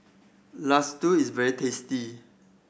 laddu is very tasty